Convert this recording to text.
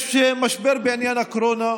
יש משבר בעניין הקורונה,